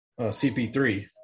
CP3